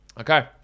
Okay